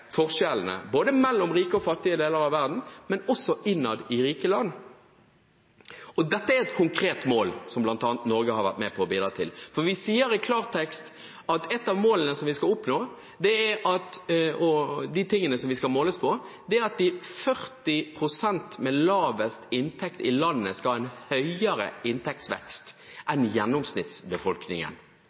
forskjellene mellom rike og fattige deler av verden, men også innad i rike land. Dette er et konkret mål som bl.a. Norge har vært med på å bidra til, for vi sier i klartekst at et av målene som vi skal oppnå, og de tingene som vi skal måles på, er at de 40 pst. med lavest inntekt i landet, skal ha en høyere inntektsvekst enn gjennomsnittsbefolkningen,